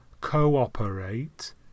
cooperate